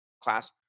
class